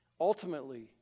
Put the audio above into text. ultimately